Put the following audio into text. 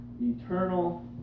eternal